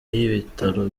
y’ibitaro